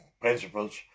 principles